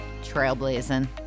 trailblazing